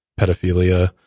pedophilia